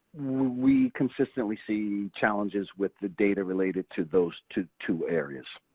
we consistently see challenges with the data related to those two two areas.